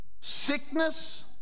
sickness